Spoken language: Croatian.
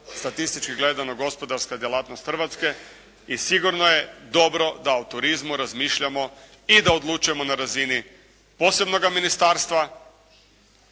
statistički gledano gospodarska djelatnost Hrvatske. I sigurno je dobro da o turizmu razmišljamo i da odlučujemo na razini posebnoga ministarstva.